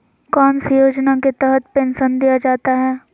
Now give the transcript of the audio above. कौन सी योजना के तहत पेंसन दिया जाता है?